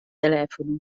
telefono